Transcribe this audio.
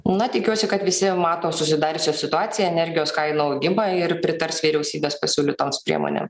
na tikiuosi kad visi mato susidariusią situaciją energijos kainų augimą ir pritars vyriausybės pasiūlytoms priemonėm